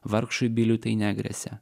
vargšui biliui tai negresia